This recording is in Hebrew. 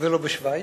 ולא בשווייץ.